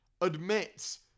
admits